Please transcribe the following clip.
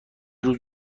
روز